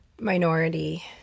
minority